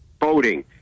voting